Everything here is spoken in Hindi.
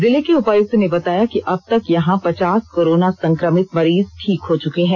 जिले के उपायुक्त ने बताया कि अबतक यहां पचास कोरोना संक्रमित मरीज ठीक हो चुके हैं